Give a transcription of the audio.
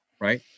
right